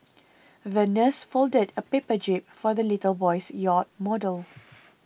the nurse folded a paper jib for the little boy's yacht model